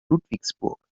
ludwigsburg